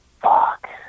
Fuck